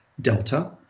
Delta